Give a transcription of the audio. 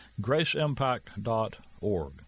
graceimpact.org